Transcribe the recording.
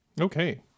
Okay